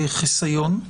החיסיון,